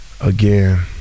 Again